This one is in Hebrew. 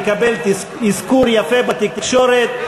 יקבל אזכור יפה בתקשורת,